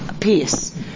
peace